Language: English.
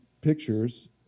pictures